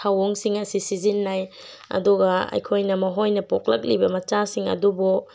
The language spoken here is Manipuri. ꯊꯑꯣꯡꯁꯤꯡ ꯑꯁꯤ ꯁꯤꯖꯤꯟꯅꯩ ꯑꯗꯨꯒ ꯑꯩꯈꯣꯏꯅ ꯃꯈꯣꯏꯅ ꯄꯣꯛꯂꯛꯂꯤꯕ ꯃꯆꯥꯁꯤꯡ ꯑꯗꯨꯕꯨ